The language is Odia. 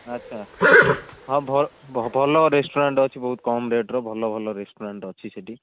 ଆଚ୍ଛା ହଁ ଭଲ ରେଷ୍ଟୁରାଣ୍ଟ୍ ଅଛି ବହୁତ କମ୍ ରେଟ୍ର ଭଲ ଭଲ ରେଷ୍ଟୁରାଣ୍ଟ୍ ଅଛି ସେଠି